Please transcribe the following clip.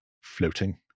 floating